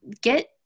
get